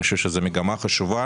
אני חושב שזו מגמה חשובה